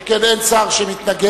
שכן אין שר שמתנגד,